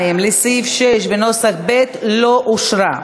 2 לסעיף 6 בנוסח ב' לא אושרה.